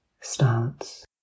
starts